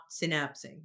synapsing